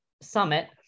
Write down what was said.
summit